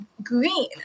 green